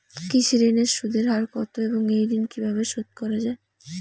কৃষি ঋণের সুদের হার কত এবং এই ঋণ কীভাবে শোধ করা য়ায়?